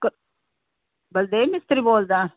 ਬਲਦੇਵ ਮਿਸਤਰੀ ਬੋਲਦਾ